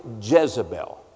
Jezebel